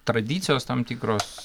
tradicijos tam tikros